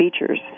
features